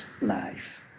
life